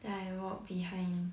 then I walk behind